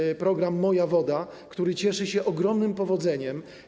Chodzi o program „Moja woda”, który cieszy się ogromnym powodzeniem.